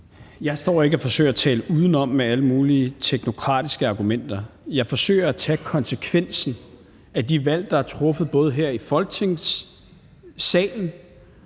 Jeg står ikke og forsøger at tale udenom med alle mulige teknokratiske argumenter. Jeg forsøger at tage konsekvensen af de valg, der er truffet både her i Folketingssalen